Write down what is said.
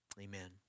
amen